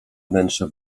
wnętrze